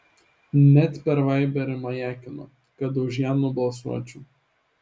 net per vaiberį majakino kad už ją nubalsuočiau